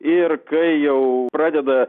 ir kai jau pradeda